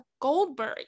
goldberg